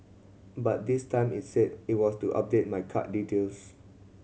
but this time it said it was to update my card details